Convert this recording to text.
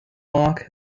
mark